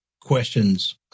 questions